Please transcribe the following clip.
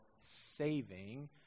saving